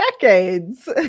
decades